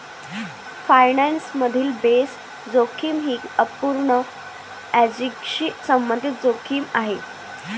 finance मधील base जोखीम ही अपूर्ण हेजिंगशी संबंधित जोखीम आहे